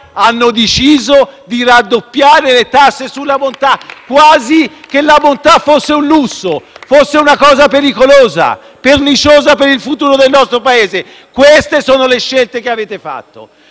ha deciso di raddoppiare le tasse sulla bontà, quasi che la bontà fosse un lusso, una cosa pericolosa, perniciosa per il futuro del nostro Paese. Queste sono le scelte che avete fatto.